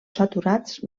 saturats